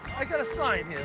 i got a sign here.